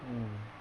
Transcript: mm